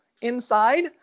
inside